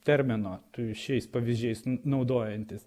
termino šiais pavyzdžiais naudojantis